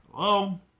Hello